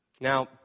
Now